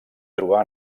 trobar